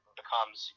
becomes